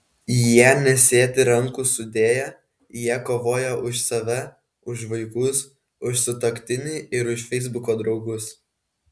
jie nesėdi rankų sudėję jie kovoja už save už vaikus už sutuoktinį ir už feisbuko draugus